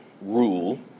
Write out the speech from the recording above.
rule